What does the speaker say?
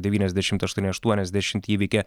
devyniasdešimt aštuoni aštuoniasdešimt įveikė